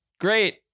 great